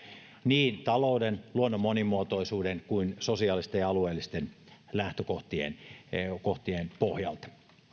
niin talouden luonnon monimuotoisuuden kuin sosiaalisten ja alueellisten lähtökohtien pohjalta